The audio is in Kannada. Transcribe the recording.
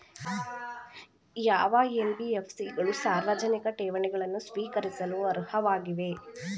ಯಾವ ಎನ್.ಬಿ.ಎಫ್.ಸಿ ಗಳು ಸಾರ್ವಜನಿಕ ಠೇವಣಿಗಳನ್ನು ಸ್ವೀಕರಿಸಲು ಅರ್ಹವಾಗಿವೆ?